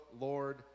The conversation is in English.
Lord